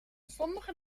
sommige